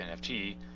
NFT